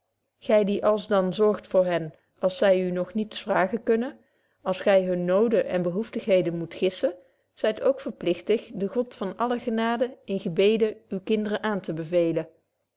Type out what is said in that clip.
gy die alsdan zorgt voor hen als zy u nog niets vragen kunnen als gy hunne noden en behoeftigheden moet gissen zyt ook verpligt den god van alle genade in gebeden uwe kinderen aantebevelen er